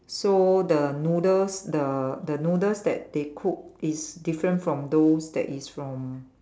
so the noodles the the noodles that they cook is different from those that is from